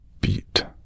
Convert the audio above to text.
beat